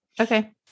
Okay